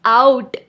out